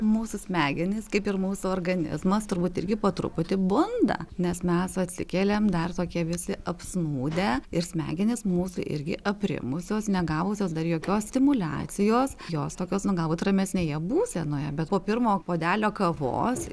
mūsų smegenys kaip ir mūsų organizmas turbūt irgi po truputį bunda nes mes atsikeliam dar tokie visi apsnūdę ir smegenys mūsų irgi aprimusios negavusios dar jokios stimuliacijos jos tokios nu galbūt ramesnėje būsenoje bet po pirmo puodelio kavos